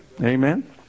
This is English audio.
Amen